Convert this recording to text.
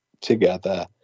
together